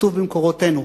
כתוב במקורותינו.